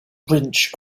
wrench